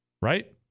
Right